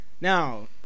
Now